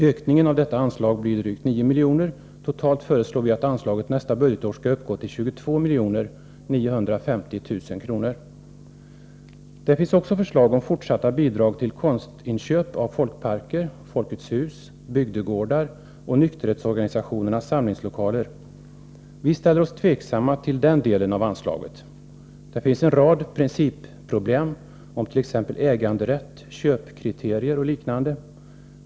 Ökningen av detta anslag blir drygt 9 milj.kr. Totalt föreslår vi att anslaget nästa budgetår skall uppgå till 22 950 000 kr. Det finns också förslag om fortsatta bidrag till konstinköp för folkparker, Folkets Hus, bygdegårdar och nykterhetsorganisationernas samlingslokaler. Vi ställer oss tveksamma till den delen av anslaget. Det finns en rad principproblem beträffande t.ex. äganderätt, köpkriterier och liknande.